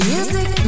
Music